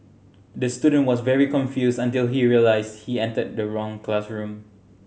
the student was very confused until he realised he entered the wrong classroom